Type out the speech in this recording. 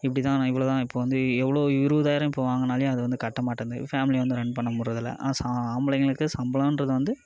இப்படித்தான் நான் இவ்வளோதான் இப்போது வந்து எவ்வளோ இருபது ஆயிரம் இப்போ வாங்குனாலேயும் அது வந்து கட்ட மாட்டேன்து ஃபேமிலியை வந்து ரன் பண்ண முடியிறது இல்லை ச ஆம்பளைங்களுக்கு சம்பளம்ன்றது வந்து